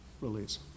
release